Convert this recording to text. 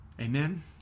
Amen